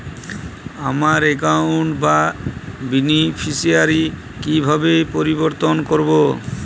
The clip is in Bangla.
আমার অ্যাকাউন্ট র বেনিফিসিয়ারি কিভাবে পরিবর্তন করবো?